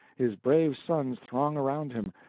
his brave sons throng around him.